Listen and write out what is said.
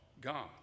God